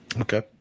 Okay